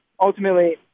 ultimately